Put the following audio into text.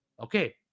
Okay